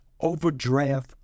overdraft